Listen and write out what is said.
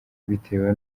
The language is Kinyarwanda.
bitewe